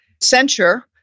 censure